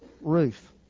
roof